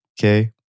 Okay